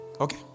Okay